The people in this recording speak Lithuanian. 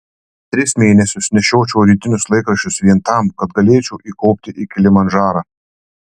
tris mėnesius nešiočiau rytinius laikraščius vien tam kad galėčiau įkopti į kilimandžarą